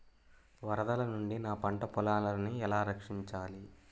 వరదల నుండి నా పంట పొలాలని ఎలా రక్షించాలి?